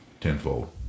tenfold